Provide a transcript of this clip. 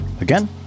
Again